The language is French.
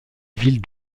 ville